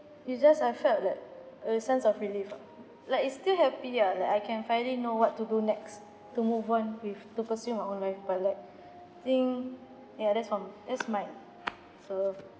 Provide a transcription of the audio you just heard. it just I felt like a sense of relief ah like it's still happy ya like I can finally know what to do next to move on with to pursue my own my life but like think yeah that's from that's my so